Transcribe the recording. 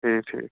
ٹھیٖک ٹھیٖک